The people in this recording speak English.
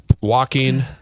walking